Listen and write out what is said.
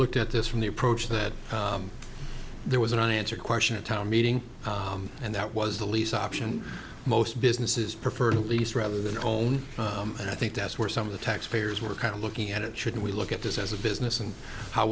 looked at this from the approach that there was an unanswered question a town meeting and that was the lease option most businesses prefer to lease rather than hold and i think that's where some of the tax payers were kind of looking at it should we look at this as a business and how